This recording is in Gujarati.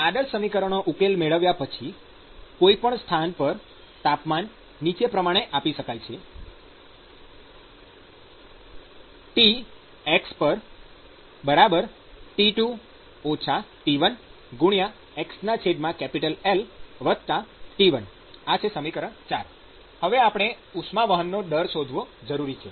આદર્શ સમીકરણોનો ઉકેલ મેળવ્યા પછી કોઈ પણ સ્થાન પર તાપમાન નીચે પ્રમાણે આપી શકાય છે TxT2 T1xLT1 ૪ હવે આપણે ઉષ્માવહનનો દર શોધવો જરૂરી છે